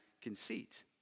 conceit